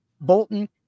Bolton